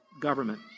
government